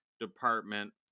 Department